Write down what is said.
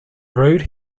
road